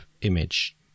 image